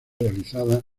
realizadas